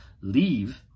leave